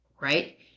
right